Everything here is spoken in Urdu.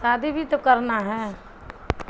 شادی بھی تو کرنا ہے